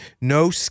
no